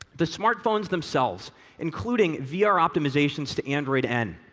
the smartphones themselves including vr optimization to android n.